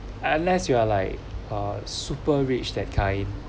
unless you are like a super rich that kind